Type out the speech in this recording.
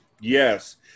Yes